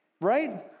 Right